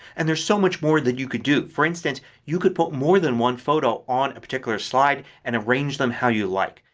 and there is so much more that you can do. for instance you can put more than one photo on a particular slide and arrange them how you like.